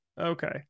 Okay